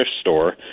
store